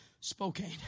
Spokane